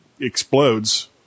Explodes